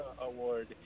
award